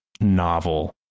novel